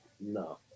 No